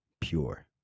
pure